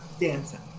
dancing